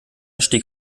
stieg